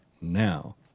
now